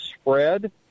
spread